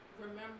remember